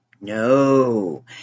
No